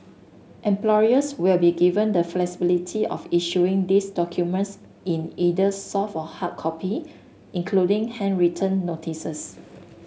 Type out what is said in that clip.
employers will be given the flexibility of issuing these documents in either soft or hard copy including handwritten notices